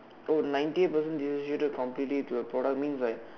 oh ninety percent distributed completely to a product means like